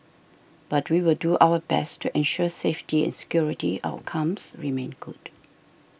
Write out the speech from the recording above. but we will do our best to ensure safety and security outcomes remain good